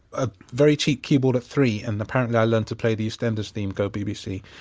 a very cheap keyboard at three and apparently, i learnt to play the eastenders theme go bbc!